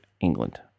England